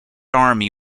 army